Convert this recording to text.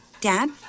Dad